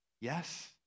Yes